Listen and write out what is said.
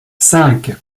cinq